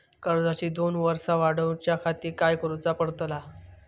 कर्जाची दोन वर्सा वाढवच्याखाती काय करुचा पडताला?